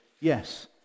yes